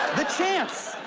the chance.